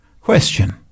Question